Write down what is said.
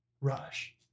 Rush